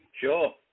Sure